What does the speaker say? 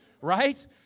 right